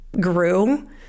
grew